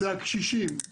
אלה הקשישים,